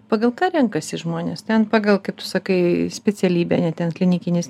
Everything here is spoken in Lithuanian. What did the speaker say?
pagal ką renkasi žmonės ten pagal kaip tu sakai specialybę ne ten klinikinis